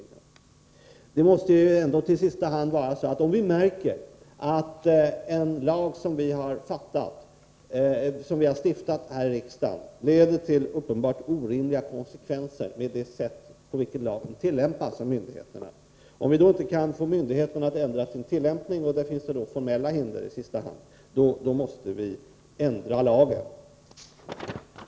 heter att tillverka THX Det måste ändå i sista hand vara så, att om vi märker att en lag som vi har stiftat här i riksdagen får uppenbart orimliga konsekvenser genom det sätt på vilket den tillämpas av myndigheterna och vi inte kan få myndigheterna att ändra sin tillämpning — det finns formella hinder för det — så måste vi ändra lagen.